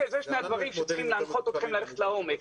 זה שני הדברים שצריכים להנחות אתכם ללכת לעומק.